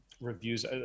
reviews